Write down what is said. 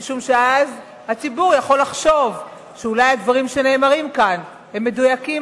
כי הציבור יכול לחשוב שאולי הדברים שנאמרים כאן הם מדויקים,